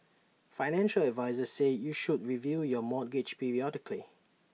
financial advisers say you should review your mortgage periodically